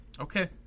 Okay